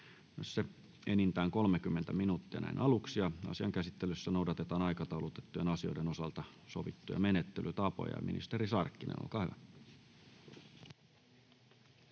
enintään 30 minuuttia näin aluksi. Asian käsittelyssä noudatetaan aikataulutettujen asioiden osalta sovittuja menettelytapoja. — Ministeri Sarkkinen, olkaa hyvä.